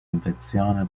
infezione